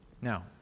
Now